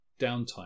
downtime